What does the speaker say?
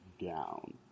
down